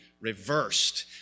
reversed